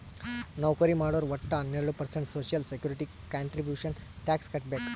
ನೌಕರಿ ಮಾಡೋರು ವಟ್ಟ ಹನ್ನೆರಡು percent social security contribution tax ಕಟ್ಬೇಕ್